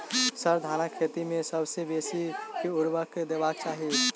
sir, धानक खेत मे सबसँ बेसी केँ ऊर्वरक देबाक चाहि